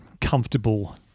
comfortable